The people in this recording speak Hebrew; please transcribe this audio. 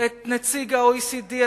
את נציג ה-OECD,